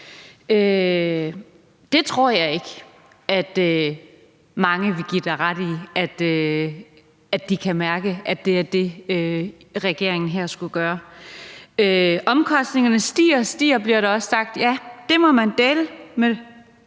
Det tror jeg ikke mange vil give dig ret i at de kan mærke er det, regeringen her skulle gøre. Omkostningerne stiger og stiger, bliver der også sagt, og ja, det må man godt